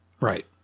Right